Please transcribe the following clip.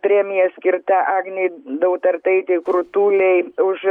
premija skirta agnei dautartaitei krutulei už